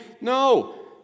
no